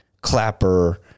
Clapper